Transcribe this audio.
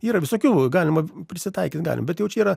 yra visokių galima prisitaikyt galima bet jau čia yra